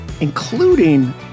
including